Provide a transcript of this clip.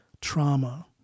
trauma